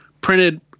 printed